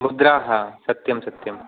मुद्राः सत्यं सत्यं